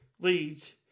leads